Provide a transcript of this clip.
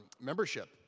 membership